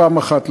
פעם אחת,